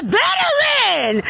veteran